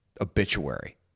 obituary